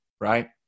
right